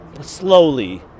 slowly